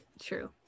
True